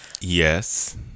Yes